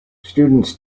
students